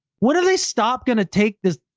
what did they stop going to take this,